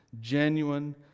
genuine